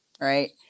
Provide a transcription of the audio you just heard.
right